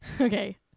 okay